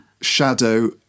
shadow